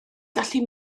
gallu